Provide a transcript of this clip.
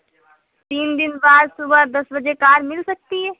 تین دن بعد صبح بجے کار مل سکتی ہے